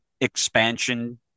expansion